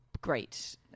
great